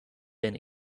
been